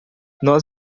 nós